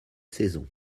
saisons